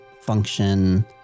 function